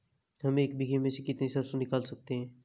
हम एक बीघे में से कितनी सरसों निकाल सकते हैं?